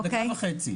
דקה וחצי.